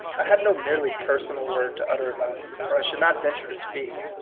i have no merely personal word to utter about it, or i should not venture to speak.